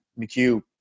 McHugh